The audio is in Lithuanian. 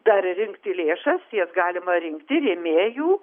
dar ir rinkti lėšas jas galima rinkti rėmėjų